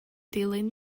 dilyn